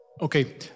Okay